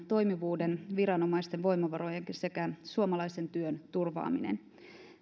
toimivuuden viranomaisten voimavarojen sekä suomalaisen työn turvaaminen